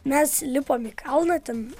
mes lipom į kalną ten